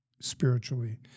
spiritually